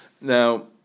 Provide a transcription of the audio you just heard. Now